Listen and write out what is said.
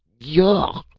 yaawwwk,